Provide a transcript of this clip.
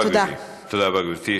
תודה רבה, גברתי.